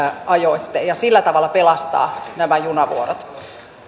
ajoitte ja sillä tavalla pelastaa nämä junavuorot